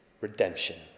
redemption